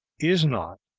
is not,